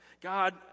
God